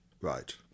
Right